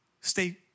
stay